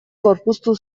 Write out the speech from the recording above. gorpuztu